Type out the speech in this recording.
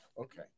okay